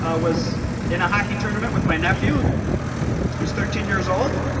ah was in a hockey tournament with my nephew he is thirteen years old.